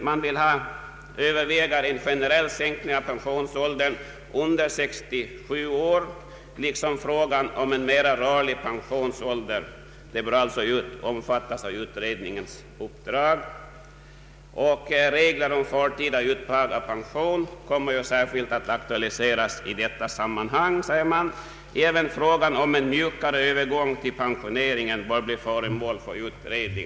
Man vill överväga en generell sänkning av pensionsåldern under 67 år liksom frågan om en mera rörlig pensionsålder. Detta är alltså saker som bör omfattas av utredningens uppdrag. Regler om förtida uttag av pension kommer, sägs det, särskilt att aktualiseras i detta sammanhang. Även frågan om en mjukare övergång till pensioneringen bör bli föremål för utredning.